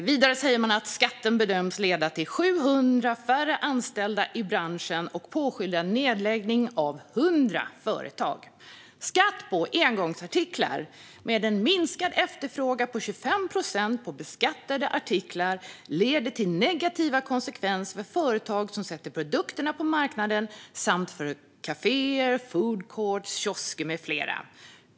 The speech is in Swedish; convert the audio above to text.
Vidare säger man att skatten bedöms leda till 700 färre anställda i branschen och påskynda nedläggning av cirka 100 företag. Skatt på engångsartiklar: Med en minskad efterfrågan med 25 procent på beskattade artiklar leder detta till negativa konsekvenser för företag som sätter produkterna på marknaden samt för kaféer, food courts, kiosker med flera.